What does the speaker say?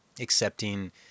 accepting